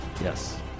Yes